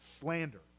slander